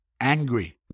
angry